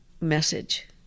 message